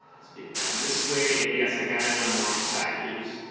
get down this way and yes i got in on the wrong side is